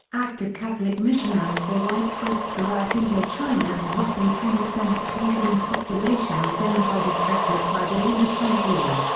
active catholic missionaries were widespread throughout indochina and roughly ten percent of tonkin's population identified as catholic by the end of french rule.